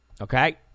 okay